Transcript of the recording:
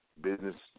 Business